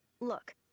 Look